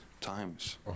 times